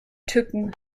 tücken